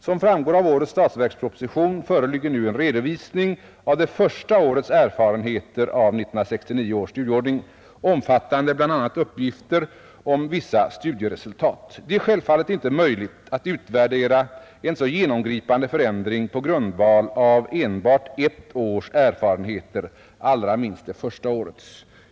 Som framgår av årets statsverksproposition föreligger nu en redovisning av det första årets erfarenheter av 1969 års studieordning, omfattande bl.a. uppgifter om vissa studieresultat. Det är självfallet inte möjligt att utvärdera en så genomgripande förändring på grundval av enbart ett års erfarenheter, allra minst det första årets.